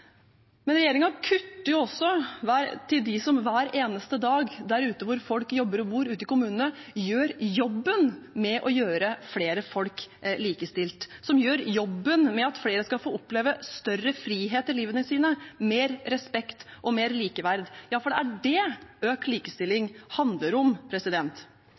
men heldigvis fikk vi i opposisjonen for akkurat et år siden i voteringen til den tilsvarende debatten økt den igjen. Regjeringen kutter også til dem som hver eneste dag der ute hvor folk jobber og bor, ute i kommunene, gjør jobben med å gjøre flere folk likestilt, som gjør jobben med at flere skal få oppleve større frihet i livet sitt, mer respekt og mer likeverd. Ja, for det